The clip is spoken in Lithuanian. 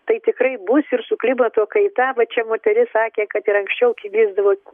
tai tikrai bus ir su klimato kaita va čia moteris sakė kad ir anksčiau keisdavos